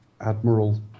Admiral